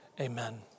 Amen